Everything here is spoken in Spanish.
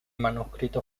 manuscrito